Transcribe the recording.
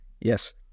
Yes